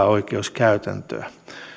oikeuskäytäntöä